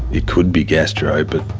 it could be gastro but